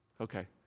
Okay